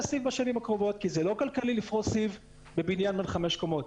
סיב בשנים הקרובות כי זה לא כלכלי לפרוס סיב בבניין בן חמש קומות.